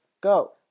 go